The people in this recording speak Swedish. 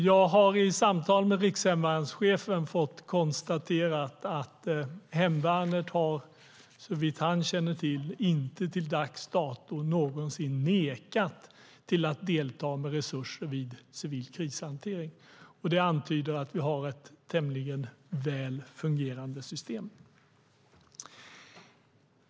Jag har i samtal med rikshemvärnschefen fått konstaterat att hemvärnet, såvitt han känner till, inte till dags dato någonsin har nekat till att delta med resurser vid civil krishantering. Det antyder att vi har ett tämligen väl fungerande system.